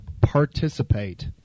participate